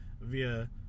via